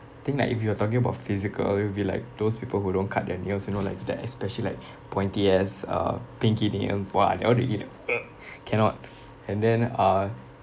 think like if you are talking about physical will be like those people who don't cut their nails you know like that especially like pointy ass uh pinky nail !wah! that one really like cannot and then uh